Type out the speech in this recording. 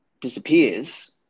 disappears